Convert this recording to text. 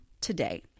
today